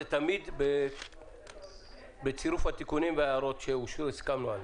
תמיד בצירוף התיקונים וההערות שהסכמנו עליהם.